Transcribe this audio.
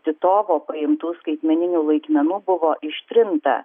titovo paimtų skaitmeninių laikmenų buvo ištrinta